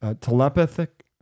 telepathic